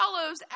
follows